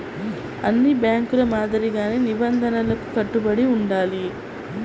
అన్ని బ్యేంకుల మాదిరిగానే నిబంధనలకు కట్టుబడి ఉండాలి